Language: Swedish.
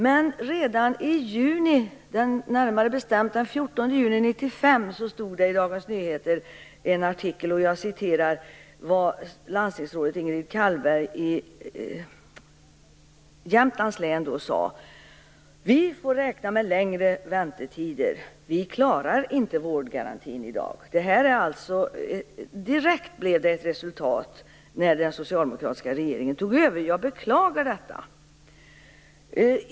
Men redan den 14 juni 1991 fanns det en artikel i Dagens Nyheter, där landstingsrådet Ingrid Kallbergh i Jämtland sade: Vi "kan få räkna med längre väntetider", och vi "klarar inte vårdgarantin i dag". Det blev direkt ett resultat när den socialdemokratiska regeringen tog över. Jag beklagar detta.